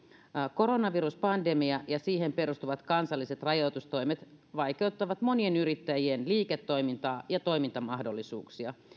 koronaviruspandemia ja siihen perustuvat kansalliset rajoitustoimet vaikeuttavat monien yrittäjien liiketoimintaa ja toimintamahdollisuuksia